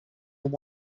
than